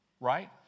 Right